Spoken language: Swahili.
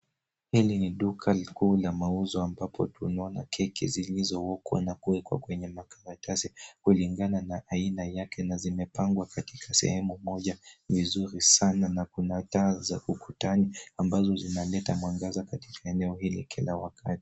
Hili ni duka likuu la mauzo ambapo tunaona keki zilizookwa na kuwekewa kwenye makaratasi kulingana na aina yake na zimepangwa katika sehemu moja nzuri sana na kuna taa za ukutani ambazo zinaleta mwangaza katika eneo hili kila wakati.